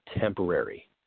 temporary